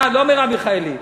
אה, לא מרב מיכאלי.